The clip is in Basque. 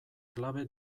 klabe